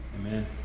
Amen